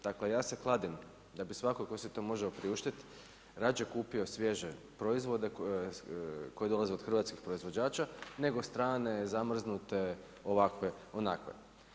Dakle ja se kladim da bi svatko tko si to može priuštiti radije kupio svježe proizvode koji dolaze od hrvatskih proizvođača nego strane, zamrznute, ovakve, onakve.